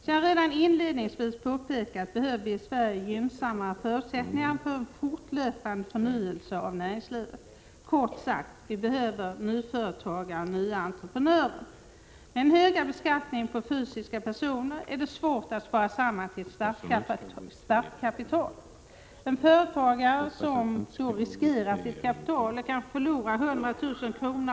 Som jag redan inledningvis påpekat behöver vi i Sverige gynnsamma förutsättningar för en fortlöpande förnyelse av näringslivet. Kort sagt, vi behöver nyföretagare och nya entreprenörer. Med den höga beskattningen av fysiska personer är det svårt att spara ihop till ett startkapital. En företagare som riskerar sitt kapital och kanske förlorar 100 000 kr.